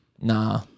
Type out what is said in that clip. Nah